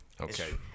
okay